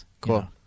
cool